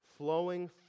flowing